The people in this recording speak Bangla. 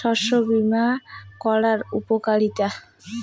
শস্য বিমা করার উপকারীতা?